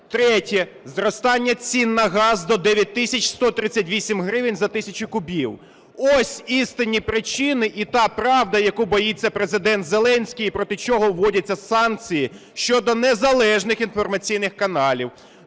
Третє: зростання цін на газ до 9 тисяч 138 гривень за тисячу кубів. Ось істинні причини і та правда, яку боїться Президент Зеленський і проти чого вводяться санкції щодо незалежних інформаційних каналів.